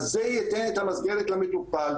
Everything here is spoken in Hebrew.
זה ייתן את המסגרת למטופל.